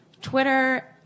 Twitter